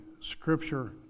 scripture